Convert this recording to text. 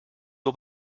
nur